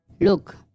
Look